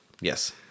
Yes